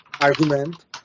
argument